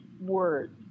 words